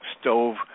stove